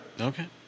Okay